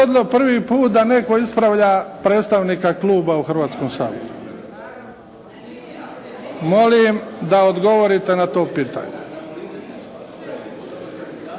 prvi put da netko ispravlja predstavnika kluba u Hrvatskom saboru? Molim da odgovorite na to pitanje.